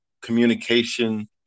communication